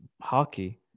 hockey